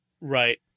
Right